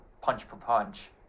punch-for-punch